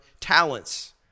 talents